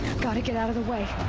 get out of the way!